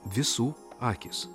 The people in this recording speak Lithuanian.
visų akys